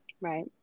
Right